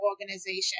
organization